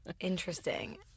Interesting